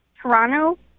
Toronto